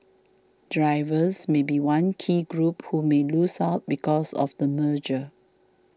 drivers may be one key group who may lose out because of the merger